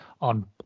on